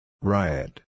Riot